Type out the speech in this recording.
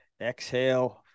exhale